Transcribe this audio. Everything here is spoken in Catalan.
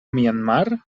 myanmar